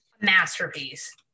Masterpiece